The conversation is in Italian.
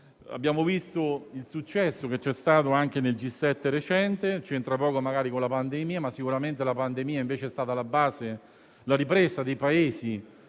Abbiamo visto il successo che c'è stato anche nel G7 recente; c'entra poco magari con la pandemia, ma sicuramente la ripresa dei Paesi